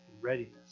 readiness